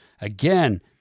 Again